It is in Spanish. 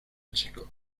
chico